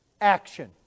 action